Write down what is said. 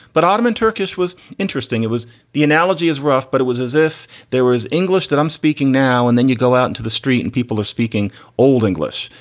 but ottoman turkish was interesting. it was the analogy is rough, but it was as if there was english that i'm speaking now. and then you go out into the street and people are speaking old english.